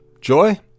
Joy